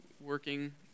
working